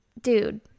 Dude